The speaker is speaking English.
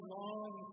long